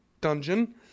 dungeon